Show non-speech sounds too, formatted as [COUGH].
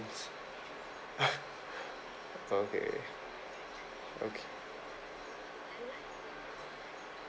[LAUGHS] okay okay